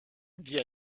vit